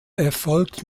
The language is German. erfolgt